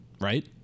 Right